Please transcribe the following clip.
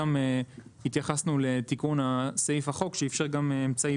היה תיקון לסעיף החוק שאיפשר גם אמצעי